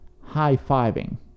high-fiving